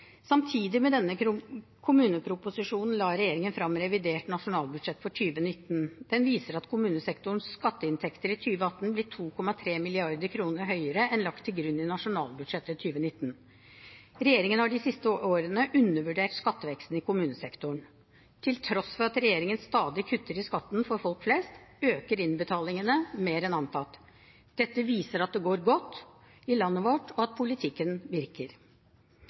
Samtidig med kommuneproposisjonen la regjeringen frem revidert nasjonalbudsjett for 2019. Den viser at kommunesektorens skatteinntekter i 2018 ble 2,3 mrd. kr høyere enn lagt til grunn i nasjonalbudsjettet 2019. Regjeringen har de siste årene undervurdert skatteveksten i kommunesektoren. Til tross for at regjeringen stadig kutter i skatten for folk flest, øker innbetalingene mer enn antatt. Dette viser at det går godt i landet vårt, og at politikken virker.